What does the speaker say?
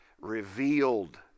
revealed